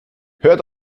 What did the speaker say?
hört